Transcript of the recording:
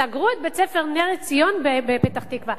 סגרו את בית-הספר "נר עציון" בפתח-תקווה.